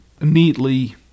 neatly